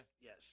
yes